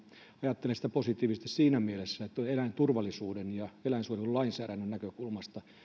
ajattelen sitä positiivisesti siinä mielessä että eläinturvallisuuden ja eläinsuojelulainsäädännön näkökulmasta